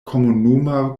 komunuma